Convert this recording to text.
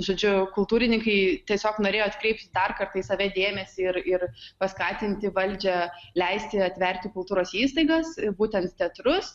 žodžiu kultūrininkai tiesiog norėjo atkreipti dar kartą į save dėmesį ir ir paskatinti valdžią leisti atverti kultūros įstaigas būtent teatrus